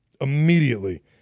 immediately